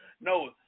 No